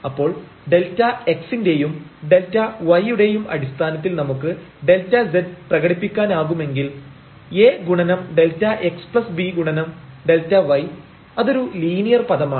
അപ്പോൾ Δx ൻറെയും Δy യുടെയും അടിസ്ഥാനത്തിൽ നമുക്ക് Δz പ്രകടിപ്പിക്കാനാകുമെങ്കിൽ a ഗുണനം Δx b ഗുണനം Δy അതൊരു ലീനിയർ പദമാണ്